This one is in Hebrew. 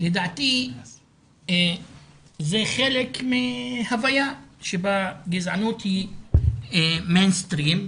לדעתי זה חלק מהוויה שבה גזענות היא מיינסטרים.